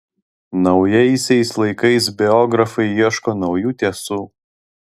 naujaisiais laikais biografai ieško naujų tiesų